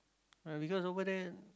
and because over there